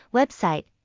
website